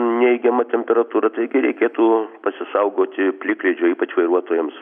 neigiama temperatūra taigi reikėtų pasisaugoti plikledžio ypač vairuotojams